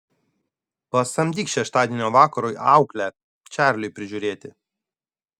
pasamdyk šeštadienio vakarui auklę čarliui prižiūrėti